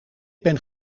ben